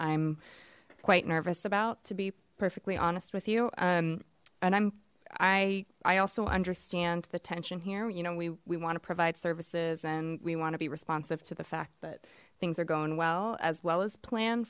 i'm quite nervous about to be perfectly honest with you and and i'm i i also understand the tension here you know we we want to provide services and we want to be responsive to the fact that things are going well as well as plan